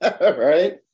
Right